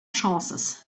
chances